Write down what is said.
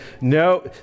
no